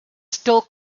still